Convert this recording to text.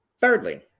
Thirdly